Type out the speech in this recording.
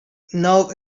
now